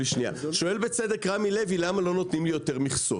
שואל בצדק רמי לוי למה לא נותנים לי יותר מכסות.